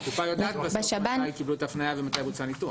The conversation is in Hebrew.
אבל הקופה יודעת מתי הם קיבלו את ההפניה ומתי בוצע הניתוח.